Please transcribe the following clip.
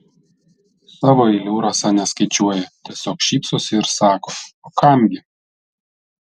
savo eilių rasa neskaičiuoja tiesiog šypsosi ir sako o kam gi